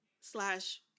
slash